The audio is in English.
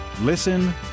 Listen